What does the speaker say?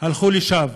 הלכו לשווא.